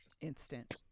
Instant